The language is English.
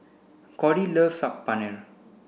Cody loves Saag Paneer